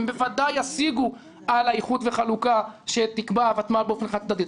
הם בוודאי ישיגו על האיחוד והחלוקה שתקבע הותמ"ל באופן חד צדדי.